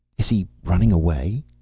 is he running away?